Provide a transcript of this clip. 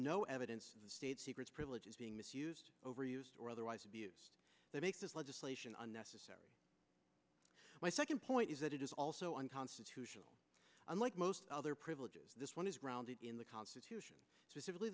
no evidence the state secrets privilege is being misused overused or otherwise abuse that makes this legislation unnecessary my second point is that it is also unconstitutional unlike most other privileges this one is grounded in the constitution specifically